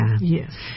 Yes